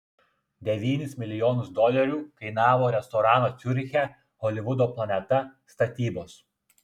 devynis milijonus dolerių kainavo restorano ciuriche holivudo planeta statybos